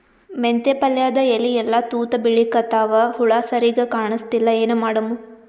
ಮೆಂತೆ ಪಲ್ಯಾದ ಎಲಿ ಎಲ್ಲಾ ತೂತ ಬಿಳಿಕತ್ತಾವ, ಹುಳ ಸರಿಗ ಕಾಣಸ್ತಿಲ್ಲ, ಏನ ಮಾಡಮು?